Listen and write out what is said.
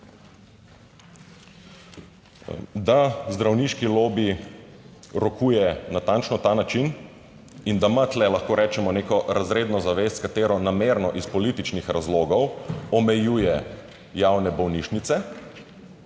Da zdravniški lobi rokuje natančno ta način in da ima tu, lahko rečemo, neko razredno zavest, s katero namerno iz političnih razlogov omejuje javne bolnišnice,